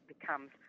becomes